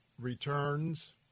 returns